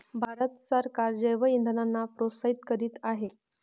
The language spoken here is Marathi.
भारत सरकार जैवइंधनांना प्रोत्साहित करीत आहे